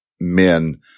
men